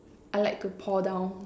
I like to pour down